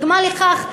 דוגמה לכך,